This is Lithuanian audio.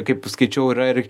kaip skaičiau yra ir